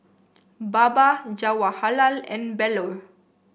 Baba Jawaharlal and Bellur